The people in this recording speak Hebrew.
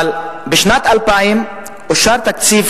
אבל בשנת 2000 אושר תקציב,